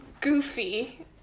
goofy